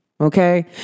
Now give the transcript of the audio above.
Okay